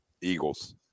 Eagles